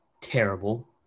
terrible